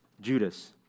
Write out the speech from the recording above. Judas